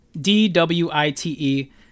D-W-I-T-E